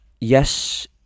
yes